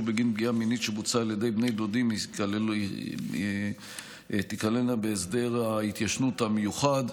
בגין פגיעה מינית שבוצעה בידי בני דודים תיכללנה בהסדר ההתיישנות המיוחד.